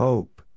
Hope